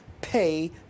pay